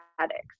addicts